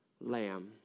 lamb